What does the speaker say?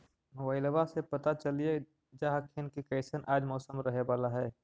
मोबाईलबा से पता चलिये जा हखिन की कैसन आज मौसम रहे बाला है?